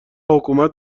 حکومت